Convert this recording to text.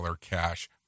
cash